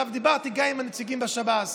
דיברתי גם עם הנציגים בשב"ס.